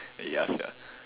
eh ya sia